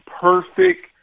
perfect